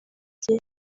bye